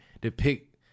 depict